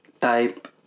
type